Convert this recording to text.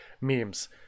memes